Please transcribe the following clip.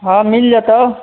हँ मिल जेतै